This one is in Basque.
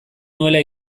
nuela